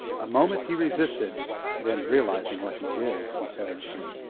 a moment he resisted then, realizing what he did, he set her free.